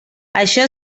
això